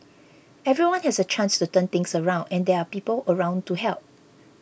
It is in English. everyone has a chance to turn things around and there are people around to help